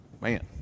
Man